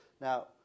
Now